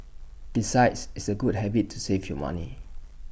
besides it's A good habit to save your money